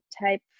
type